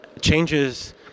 changes